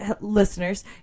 Listeners